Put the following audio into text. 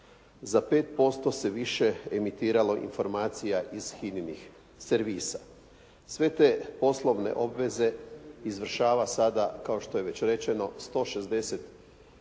za 5% se više emitiralo informacija iz HINA-nih servisa. Sve te poslovne obveze izvršava sada kao što je već rečeno, 169 je